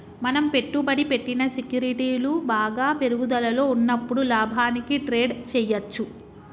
మనం పెట్టుబడి పెట్టిన సెక్యూరిటీలు బాగా పెరుగుదలలో ఉన్నప్పుడు లాభానికి ట్రేడ్ చేయ్యచ్చు